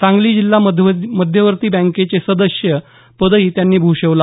सांगली जिल्हा मध्यवर्ती बँकेचं अध्यक्षपद त्यांनी भूषवले